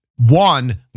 One